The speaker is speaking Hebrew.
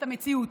את המציאות.